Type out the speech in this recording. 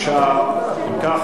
29. אם כך,